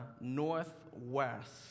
Northwest